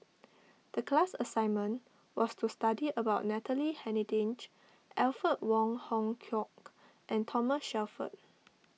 the class assignment was to study about Natalie Hennedige Alfred Wong Hong Kwok and Thomas Shelford